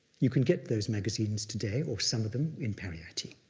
you can get those magazines today, or some of them, in pariyatti.